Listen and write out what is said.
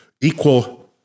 equal